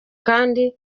kandi